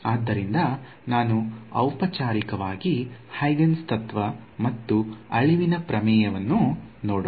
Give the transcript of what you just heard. ಆದ್ದರಿಂದ ನಾವು ಔಪಚಾರಿಕವಾಗಿ ಹೈಗೇನ್ಸ್ ತತ್ವ ಮತ್ತು ಅಳಿವಿನ ಪ್ರಮೇಯವನ್ನು ನೋಡೋಣ